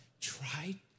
try